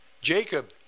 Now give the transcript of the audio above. Jacob